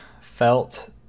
felt